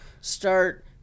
start